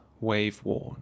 wave-worn